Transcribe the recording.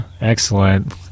Excellent